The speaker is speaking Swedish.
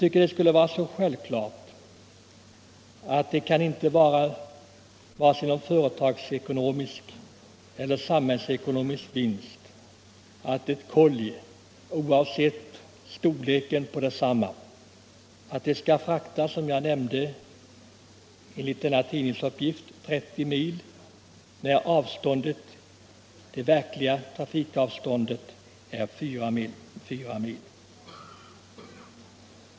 För mig förefaller det självklart att det inte kan vara någon vinst — vare sig företagsekonomiskt eller samhällsekonomiskt — att frakta ett kolli, oavsett storleken på detsamma, exempelvis 30 mil när det verkliga avståndet är 4 mil.